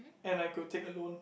and I could take a loan